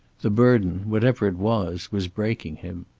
the burden, whatever it was, was breaking him.